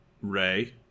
Ray